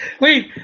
Wait